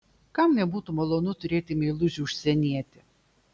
kam nebūtų malonu turėti meilužį užsienietį